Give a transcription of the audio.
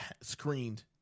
screened